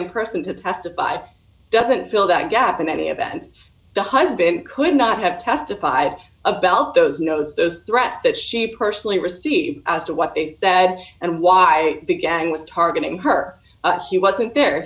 in person to testify doesn't fill that gap in any event the husband could not have testified about those notes those threats that she personally received as to what they said and why the gang was targeting her he wasn't there